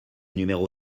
numéro